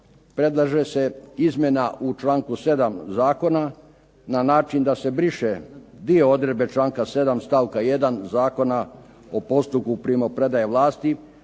predlaže se izmjena u članku 7. Zakona na način da se briše dio odredbe članka 7. stavka 1. Zakona o postupku primopredaje vlasti